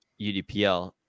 UDPL